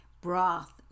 Broth